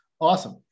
awesome